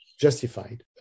justified